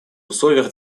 условиях